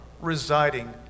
residing